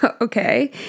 okay